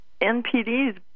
NPDs